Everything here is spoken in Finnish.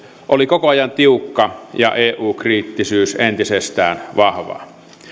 oli koko ajan tiukka ja eu kriittisyys entisestään vahvaa